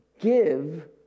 give